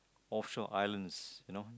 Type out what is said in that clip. offshore islands you know